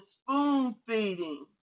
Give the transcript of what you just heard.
spoon-feeding